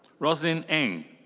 roslyn eng.